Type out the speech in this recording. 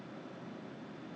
yes 对 lah